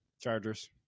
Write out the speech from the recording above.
Chargers